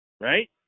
Right